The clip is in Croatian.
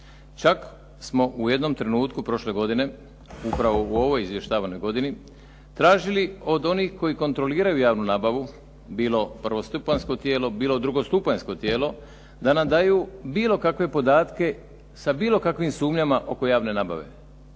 Čak smo u jednom trenutku prošle godine upravo u ovoj izvještavanoj godini tražili od onih koji kontroliraju javnu nabavu bilo prvostupanjsko tijelo bilo drugostupanjsko tijelo da nam daju bilo kakve podatke sa bilo kakvim sumnjama oko javne nabave.